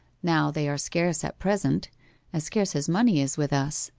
now they are scarce at present as scarce as money is with us,